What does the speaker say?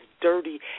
dirty